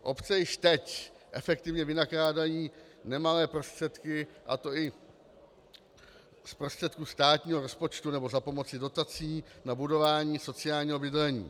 Obce již teď efektivně vynakládají nemalé prostředky, a to i z prostředků státního rozpočtu nebo za pomoci dotací, na budování sociálního bydlení.